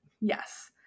yes